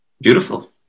beautiful